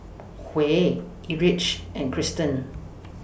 Huey Erich and Cristen